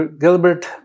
Gilbert